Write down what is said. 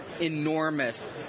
enormous